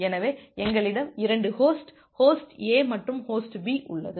எனவே எங்களிடம் 2 host host A மற்றும் ஹோஸ்ட் B உள்ளது